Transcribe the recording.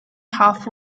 half